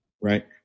right